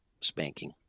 spanking